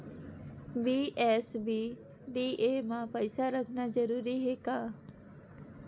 BSBDA मा पईसा रखना जरूरी हे का?